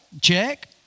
check